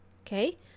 Okay